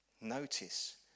Notice